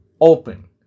open